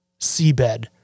seabed